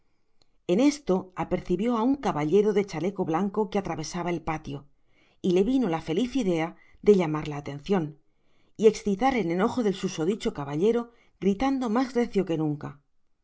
en esto apercibió á un caballero de chaleco blanco que atravesaba el patio y le vino la feliz idea de llamar la atencion y excitar el enojo del susodicho caballero gritando mas recio que nunca